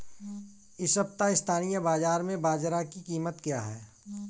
इस सप्ताह स्थानीय बाज़ार में बाजरा की कीमत क्या है?